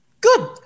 good